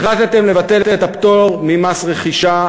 החלטתם לבטל את הפטור ממס רכישה.